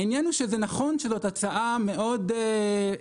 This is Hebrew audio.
העניין הוא שזה נכון שזאת הצעה מאוד תקיפה